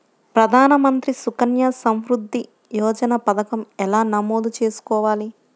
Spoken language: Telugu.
ప్రధాన మంత్రి సుకన్య సంవృద్ధి యోజన పథకం ఎలా నమోదు చేసుకోవాలీ?